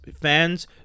fans